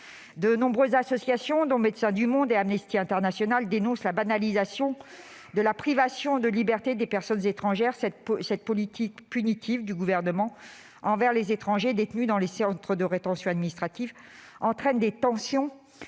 De nombreuses associations, dont Médecins du monde et Amnesty International, dénoncent la banalisation de la privation de liberté des personnes étrangères. Cette politique « punitive » du Gouvernement envers les étrangers détenus dans les centres de rétention administrative entraîne des tensions